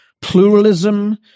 pluralism